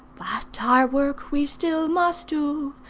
but our work we still must do,